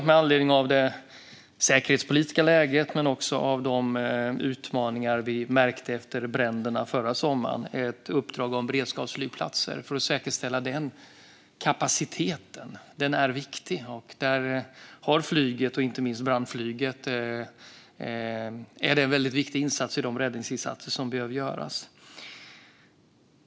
Med anledning av det säkerhetspolitiska läget men också de utmaningar vi märkte av efter bränderna förra sommaren finns också ett uppdrag om beredskapsflygplatser för att säkerställa denna viktiga kapacitet. Där står flyget, inte minst brandflyget, för de viktiga räddningsinsatser som behöver göras.